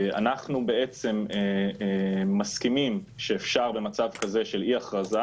אנחנו בעצם מסכימים שאפשר במצב כזה של אי הכרזה